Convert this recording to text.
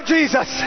Jesus